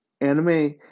anime